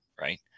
right